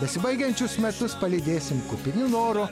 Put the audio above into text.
besibaigiančius metus palydėsim kupini noro